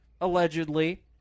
Allegedly